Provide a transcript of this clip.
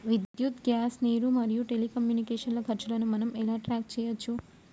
విద్యుత్ గ్యాస్ నీరు మరియు టెలికమ్యూనికేషన్ల ఖర్చులను మనం ఎలా ట్రాక్ చేయచ్చు?